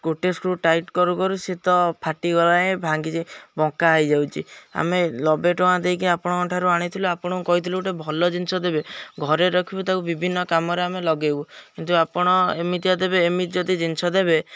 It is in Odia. ଗୋଟେ ସ୍କ୍ରୁ ଟାଇଟ୍ କରୁ କରୁ ସେ ତ ଫାଟିଗଲା ଭାଙ୍ଗି ବଙ୍କା ହୋଇଯାଉଛି ଆମେ ନବେ ଟଙ୍କା ଦେଇକି ଆପଣଙ୍କଠାରୁ ଆଣିଥିଲୁ ଆପଣଙ୍କୁ କହିଥିଲୁ ଗୋଟେ ଭଲ ଜିନିଷ ଦେବେ ଘରେ ରଖିବୁ ତାକୁ ବିଭିନ୍ନ କାମରେ ଆମେ ଲଗେଇବୁ କିନ୍ତୁ ଆପଣ ଏମିତିଆ ଦେବେ ଏମିତି ଯଦି ଜିନିଷ ଦେବେ